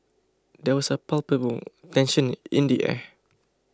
there was a palpable tension in the air